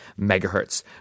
megahertz